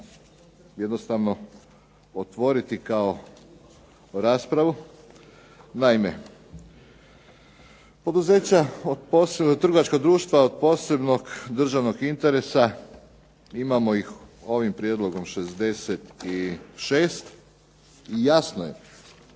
jednostavno otvoriti kao raspravu. Naime, trgovačka društva od posebnog državnog interesa imamo ovim prijedlogom 66 i jasno je